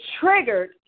triggered